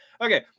Okay